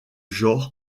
genre